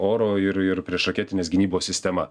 oro ir ir priešraketinės gynybos sistema